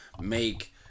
make